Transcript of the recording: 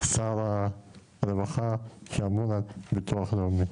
שר הרווחה, שאמון על ביטוח לאומי.